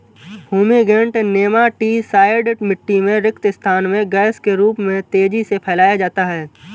fumigant nematicide मिटटी में रिक्त स्थान में गैस के रूप में तेजी से फैलाया जाता है